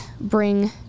bring